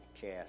cast